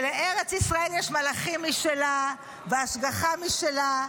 שלארץ ישראל יש מלאכים משלה והשגחה משלה,